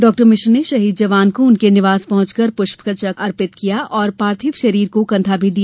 डॉ मिश्र ने शहीद जवान को उनके निवास पहंच कर पृष्प चक्र अर्पित किया और पार्थिव शरीर को कंधा भी दिया